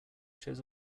chose